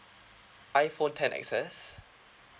iphone ten X_S